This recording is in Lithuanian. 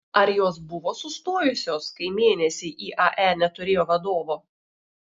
ar jos buvo sustojusios kai mėnesį iae neturėjo vadovo